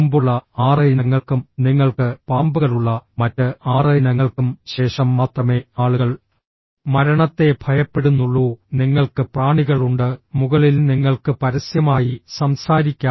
മുമ്പുള്ള ആറ് ഇനങ്ങൾക്കും നിങ്ങൾക്ക് പാമ്പുകളുള്ള മറ്റ് ആറ് ഇനങ്ങൾക്കും ശേഷം മാത്രമേ ആളുകൾ മരണത്തെ ഭയപ്പെടുന്നുള്ളൂ നിങ്ങൾക്ക് പ്രാണികളുണ്ട് മുകളിൽ നിങ്ങൾക്ക് പരസ്യമായി സംസാരിക്കാം